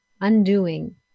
undoing